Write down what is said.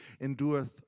endureth